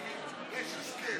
יש הסכם.